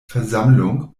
versammlung